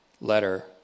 letter